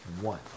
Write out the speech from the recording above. one